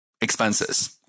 expenses